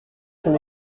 son